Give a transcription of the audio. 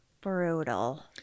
brutal